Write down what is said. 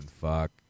fuck